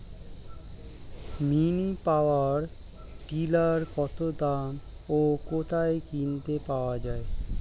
Mini power tiller কত দাম ও কোথায় কিনতে পাওয়া যায়?